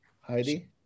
Heidi